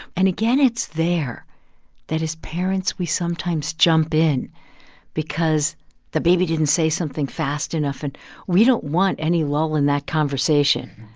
and, again, it's there that as parents we sometimes jump in because the baby didn't say something fast enough, and we don't want any lull in that conversation.